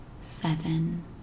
seven